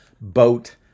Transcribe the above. boat